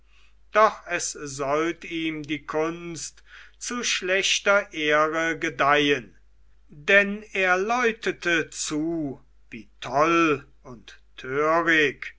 doch es sollt ihm die kunst zu schlechter ehre gedeihen denn er läutete zu wie toll und törig